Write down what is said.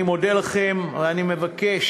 אני מודה לכם, ואני מבקש,